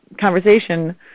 conversation